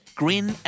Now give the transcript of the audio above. grin